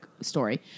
story